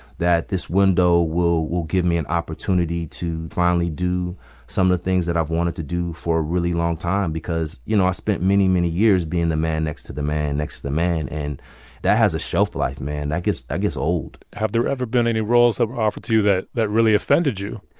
that this window will will give me an opportunity to finally do some of the things that i've wanted to do for a really long time because, you know, i spent many, many years being the man next to the man next to the man. and that has a shelf life, man. that gets old have there ever been any roles that were offered to you that that really offended you?